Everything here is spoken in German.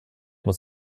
muss